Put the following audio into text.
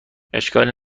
اشکالی